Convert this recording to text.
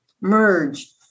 merge